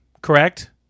correct